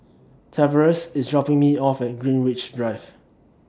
Tavares IS dropping Me off At Greenwich Drive